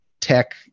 tech